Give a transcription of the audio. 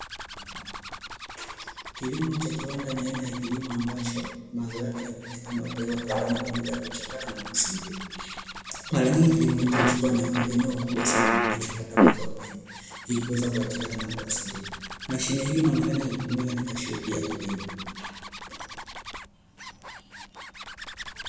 Kilimo cha kiwanda ni aina ya kilimo ambacho mazao yake yanayopatikana hupelekewa kiwandani kwa ajili ya kuchakatwa na kusindikwa. Mara nyingi kilimo hicho huchukua eneo kubwa sana ili kupata mazao mengi ili kuweza kuyachakata na kuyasindika. Mashine hii inaonekana hutumika katika shughuli ya kilimo.